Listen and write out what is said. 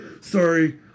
sorry